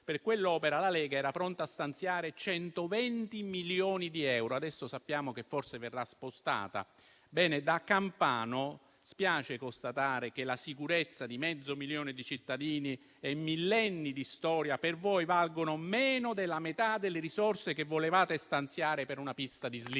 Per quell'opera la Lega era pronta a stanziare 120 milioni di euro. Adesso sappiamo che forse verrà spostata. Ebbene, da campano spiace constatare che la sicurezza di mezzo milione di cittadini e millenni di storia per voi valgano meno della metà delle risorse che volevate stanziare per una pista di slittini.